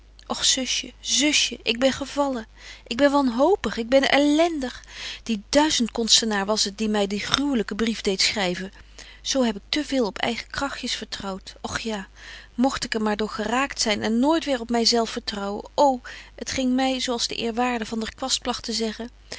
och zusje zusje ik ben gevallen ik ben wanhopig ik ben elendig die duizend konstenaar was het die my dien gruwelyken brief deedt schryven zo heb ik te veel op eigen kragtjes vertrouwt och ja mogt ik er maar door geraakt zyn en nooit weêr op my zelf vertrouwen ô het ging my zo als de eerwaarde van der kwast plagt te zeggen